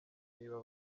niba